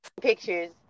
pictures